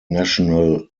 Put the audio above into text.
national